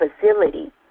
facility